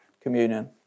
communion